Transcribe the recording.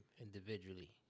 individually